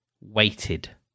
weighted